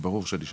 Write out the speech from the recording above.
ברור שאני אשאל.